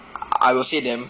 I will say them